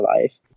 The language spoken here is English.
life